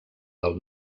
del